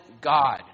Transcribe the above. God